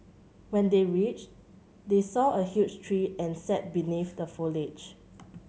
when they reached they saw a huge tree and sat beneath the foliage